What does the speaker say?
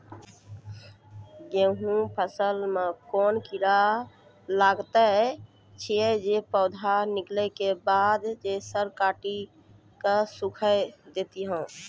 गेहूँमक फसल मे कून कीड़ा लागतै ऐछि जे पौधा निकलै केबाद जैर सऽ काटि कऽ सूखे दैति छै?